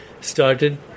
Started